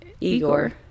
Igor